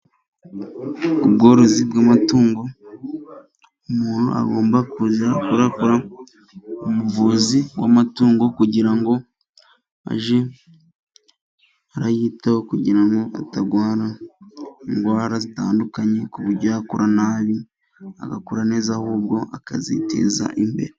Ubworozi bw'amatungo, umuntu agomba kujya yakura umuvuzi w'amatungo, kugira ngo ajye ayitaho kugira ngo atarwara indwara zitandukanye, ku buryo yakura nabi agakura neza ahubwo akaziteza imbere.